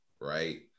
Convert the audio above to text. right